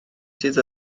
sydd